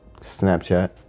Snapchat